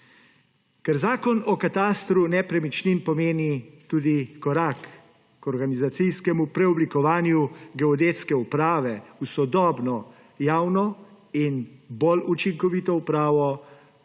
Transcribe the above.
Ker Zakon o katastru nepremičnin pomeni tudi korak k organizacijskemu preoblikovanju Geodetske uprave v sodobno, javno in bolj učinkovito upravo,